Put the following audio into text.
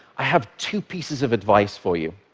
i have two pieces of advice for you.